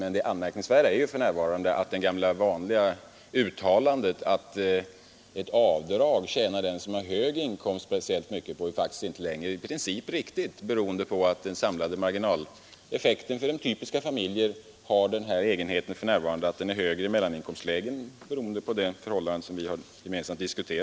Men det anmärkningsvärda är att det gamla vanliga uttalandet att ett avdrag speciellt mycket gynnar den som har hög inkomst faktiskt inte längre är i princip riktigt, beroende på att den samlade marginaleffekten för typiska familjer för närvarande, till följd av det förhållande som vi gemensamt har diskuterat, har den egenheten att vara högre i mellaninkomstlägen.